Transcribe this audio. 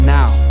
now